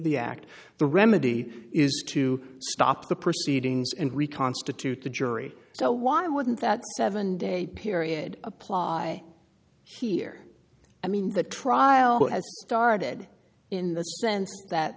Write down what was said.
the act the remedy is to stop the proceedings and reconstitute the jury so why wouldn't that seven day period apply here i mean the trial has started in the sense that